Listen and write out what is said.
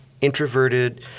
introverted